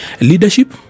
Leadership